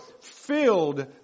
filled